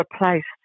replaced